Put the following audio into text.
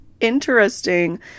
interesting